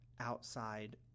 outside